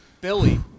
Billy